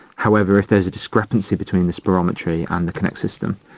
however, if there is a discrepancy between the spirometry and the kinect system,